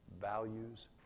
values